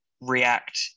react